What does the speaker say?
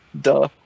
Duh